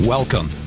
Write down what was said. Welcome